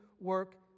work